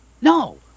No